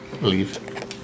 leave